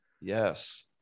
Yes